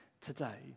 today